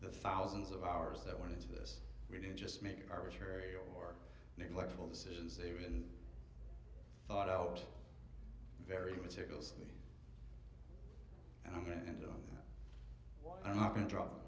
the thousands of hours that went into this we didn't just make arbitrary or neglectful decisions they've been thought out very meticulously and i'm going to do what i'm not going to